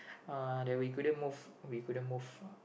uh that we couldn't move we couldn't move